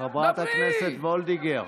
חברת הכנסת וולדיגר.